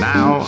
Now